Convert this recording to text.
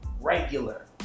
regular